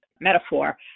metaphor